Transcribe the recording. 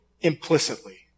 implicitly